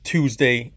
Tuesday